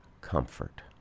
Comfort